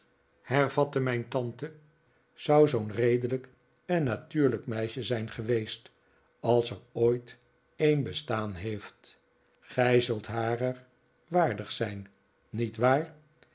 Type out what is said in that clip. hervatte mijn tante zou zoo'n redelijk en natuurlijk meisje zijn geweest als er ooit een bestaan heeft gij zult harer waardig zijn niet waar